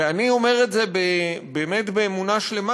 ואני אומר את זה באמת באמונה שלמה.